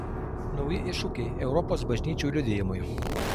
nauji iššūkiai europos bažnyčių liudijimui